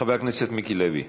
חבר הכנסת מיקי לוי,